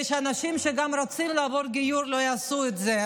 שאנשים שרוצים לעבור גיור לא יעשו את זה,